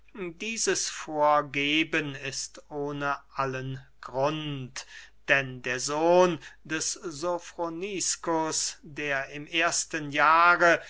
dieses vorgeben ist ohne allen grund denn der sohn des sofroniskus der im ersten jahre